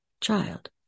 child